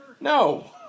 no